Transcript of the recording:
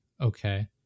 okay